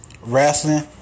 Wrestling